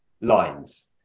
lines